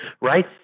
Right